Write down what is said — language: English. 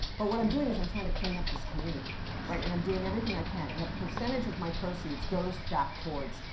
but what i'm doing is i'm trying to clean up this community. yes. right. and i'm doing everything i can, and a percentage of my proceeds goes back towards